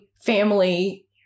family